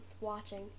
Watching